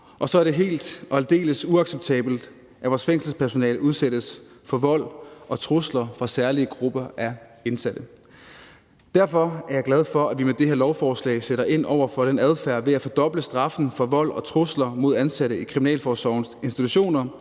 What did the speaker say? og så er det helt og aldeles uacceptabelt, at vores fængselspersonale udsættes for vold og trusler fra særlige grupper af indsatte. Derfor er jeg glad for, at vi med det her lovforslag sætter ind over for den adfærd ved at fordoble straffen for vold og trusler mod ansatte i kriminalforsorgens institutioner